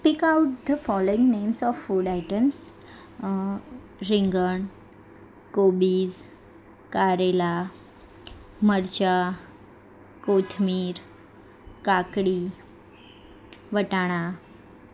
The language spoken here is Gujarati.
speak out the following names of food items ringan kobij karela marcha kothmir kakdi વટાણા